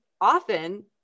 often